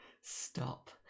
Stop